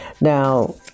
Now